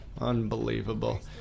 Unbelievable